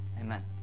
Amen